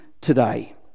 today